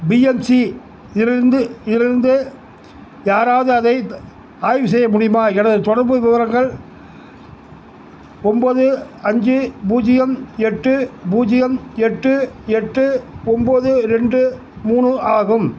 B M C இலிருந்து இருந்து யாராவது அதை ஆய்வு செய்ய முடியுமா எனது தொடர்பு விவரங்கள் ஒம்போது அஞ்சு பூஜ்ஜியம் எட்டு பூஜ்ஜியம் எட்டு எட்டு ஒம்போது ரெண்டு மூணு ஆகும்